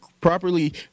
properly